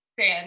fan